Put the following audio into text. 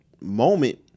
moment